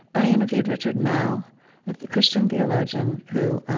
i interviewed richard mouw, the christian theologian who,